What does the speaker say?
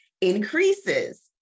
increases